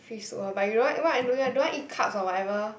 free soup lor but you don't want want don't want eat carbs or whatever